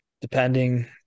depending